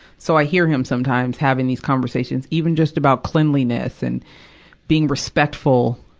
so i hear him, sometimes, having these conversations. even just about cleanliness and being respectful.